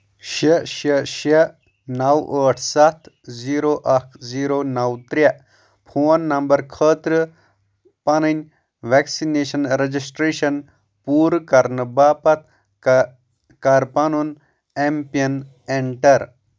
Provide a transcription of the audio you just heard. شیٚے شیٚے شیٚے نو ٲٹھ سَتھ زیٖرو اکھ زیٖرو نو ترٛے فون نمبر خٲطرٕ پنٕنۍ ویکسِنیشن رجسٹریشن پوٗرٕ کرنہٕ باپتھ کر کر پَنُن ایم پِن اینٹر